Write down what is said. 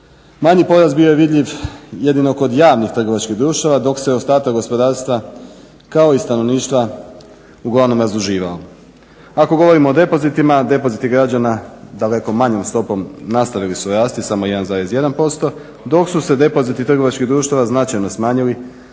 Manji porast bio je vidljiv jedino kod javnih trgovačkih društava dok se ostatak gospodarstva kao i stanovništva uglavnom razduživao. Ako govorimo o depozitima, depoziti građana daleko manjom stopom nastavili su rasti samo 1,1% dok su se depoziti trgovačkih društava značajno smanjili